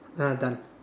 ah done